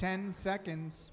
ten seconds